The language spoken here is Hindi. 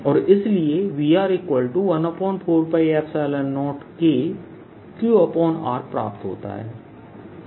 और इसलिए Vr140KQrप्राप्त होता है